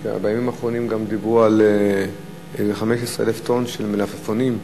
בימים האחרונים גם דיברו על כ-15,000 טון של מלפפונים,